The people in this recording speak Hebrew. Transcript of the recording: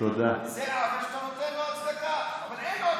זה עוול שאתה נותן לו הצדקה, אבל אין לו הצדקה.